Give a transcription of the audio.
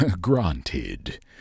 Granted